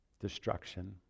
destruction